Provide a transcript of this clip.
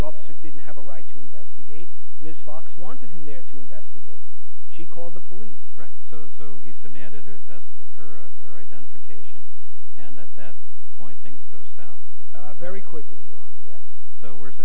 officer didn't have a right to investigate miss fox wanted him there to investigate she called the police right so so he's demanded or vested her or her identification and at that point things go south but very quickly on yes so where is the